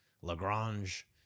lagrange